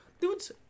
Dude's